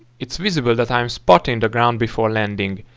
it's visible that i'm spotting the ground before landing.